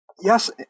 Yes